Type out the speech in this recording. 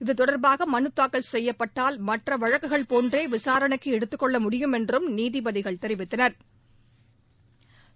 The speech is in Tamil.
இது தொடர்பாக மனு தாக்கல் செய்யப்பட்டால் மற்ற வழக்குகள் போன்றே விசாரணைக்கு எடுத்துக் கொள்ள முடியும் என்றும் நீதிபதிகள் தெரிவித்தனா்